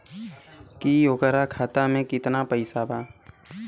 की ओकरा खाता मे कितना पैसा बा?